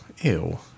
ew